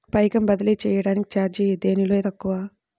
పైకం బదిలీ చెయ్యటానికి చార్జీ దేనిలో తక్కువ?